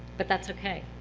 but that's okay.